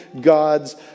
God's